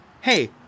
Hey